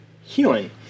healing